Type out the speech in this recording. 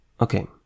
okay